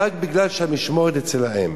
רק בגלל שהמשמורת היא אצל האם.